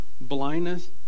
blindness